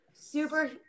Super